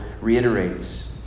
reiterates